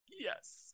yes